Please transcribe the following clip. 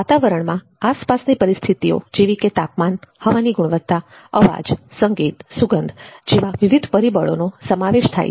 વાતાવરણમાં આસપાસની પરિસ્થિતિઓ જેવીકે તાપમાન હવાની ગુણવત્તા અવાજ સંગીત સુગંધ જેવા વિવિધ પરિબળોનો સમાવેશ થાય છે